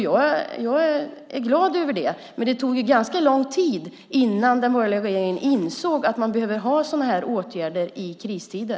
Jag är glad över det, men det tog ganska lång tid innan den borgerliga regeringen insåg att man behöver ha sådana här åtgärder i kristider.